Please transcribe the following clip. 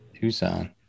Tucson